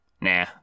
nah